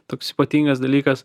toks ypatingas dalykas